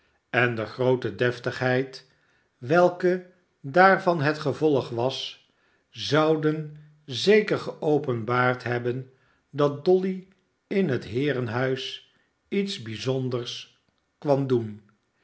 en de groote deftigheid welke daarvan het gevolg was zouden zeker geopenbaard hebben dat dolly in het heerenhuis iets bijzonders kwam doen